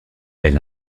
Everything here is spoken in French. elle